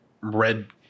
red